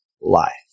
life